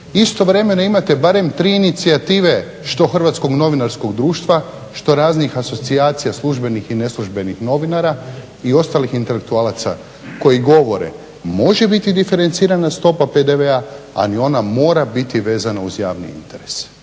Istovremeno imate barem tri inicijative, što Hrvatskog novinarskog društva, što raznih asocijacija službenih i neslužbenih novinara i ostalih intelektualaca koji govore može biti diferencirana stopa PDV-a ali ona mora biti vezana uz javni interes.